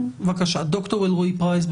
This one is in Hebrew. ד"ר אלרעי פרייס,